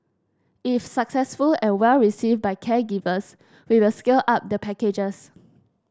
if successful and well received by caregivers we will scale up the packages